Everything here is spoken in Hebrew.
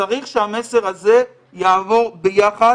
צריך שהמסר הזה יעבור ביחד.